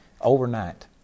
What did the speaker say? overnight